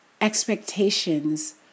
expectations